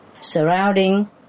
surrounding